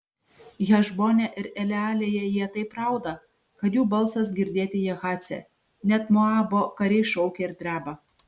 hešbone ir elealėje jie taip rauda kad jų balsas girdėti jahace net moabo kariai šaukia ir dreba